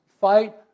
fight